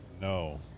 No